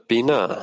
Bina